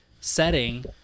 setting